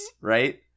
Right